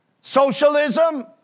Socialism